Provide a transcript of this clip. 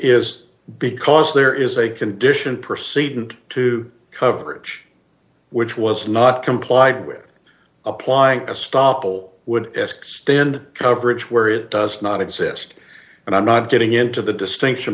is because there is a condition perceived and to coverage which was not complied with applying a stoppel would ask stand coverage where it does not exist and i'm not getting into the distinction